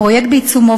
הפרויקט בעיצומו,